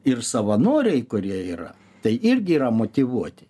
ir savanoriai kurie yra tai irgi yra motyvuoti